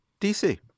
DC